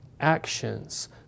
actions